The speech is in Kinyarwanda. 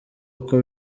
uko